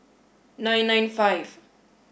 nine nine five